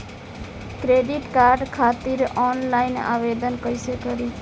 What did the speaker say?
Credit card खातिर online आवेदन कइसे करि?